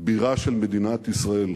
בירה של מדינת ישראל,